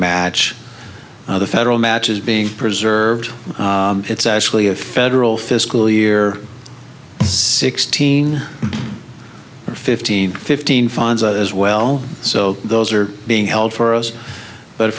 match the federal match is being preserved it's actually a federal fiscal year sixteen fifteen fifteen funds as well so those are being held for us but